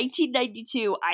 1992